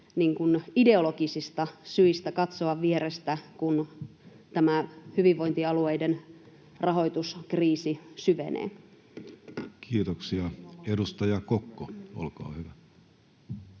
ideologisista syistä katsoa vierestä, kun tämä hyvinvointialueiden rahoituskriisi syvenee. Kiitoksia. — Edustaja Kokko, olkaa hyvä.